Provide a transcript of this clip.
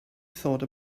thought